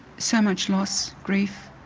so much loss, grief